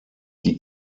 die